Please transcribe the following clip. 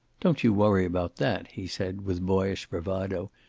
don't you worry about that, he said, with boyish bravado.